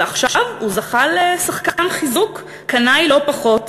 ועכשיו הוא זכה לשחקן חיזוק, קנאי לא פחות,